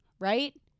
Right